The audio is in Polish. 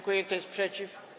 Kto jest przeciw?